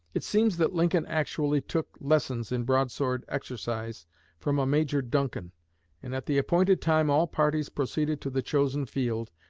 it seems that lincoln actually took lessons in broadsword exercise from a major duncan and at the appointed time all parties proceeded to the chosen field,